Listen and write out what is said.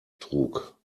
trug